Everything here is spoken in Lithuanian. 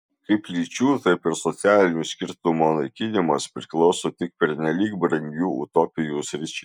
kaip lyčių taip ir socialinių skirtumų naikinimas priklauso tik pernelyg brangių utopijų sričiai